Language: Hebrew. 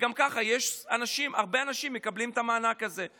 וגם ככה הרבה אנשים מקבלים את המענק הזה.